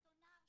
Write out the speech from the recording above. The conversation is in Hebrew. אותו נער,